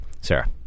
Sarah